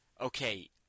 Okay